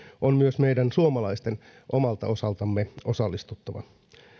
on myös meidän suomalaisten omalta osaltamme osallistuttava